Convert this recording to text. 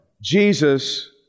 Jesus